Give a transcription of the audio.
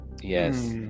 yes